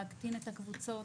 להקטין את הקבוצות,